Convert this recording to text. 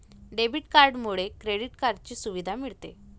debit कार्डमुळे credit कार्डची सुविधा मिळते